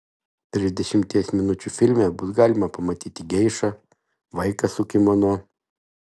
trisdešimties minučių filme bus galima pamatyti geišą vaiką su kimono